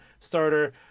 starter